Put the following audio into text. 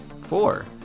four